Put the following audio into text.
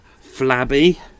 flabby